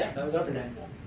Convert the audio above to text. was arpanet.